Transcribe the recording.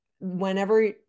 Whenever